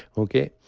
okay.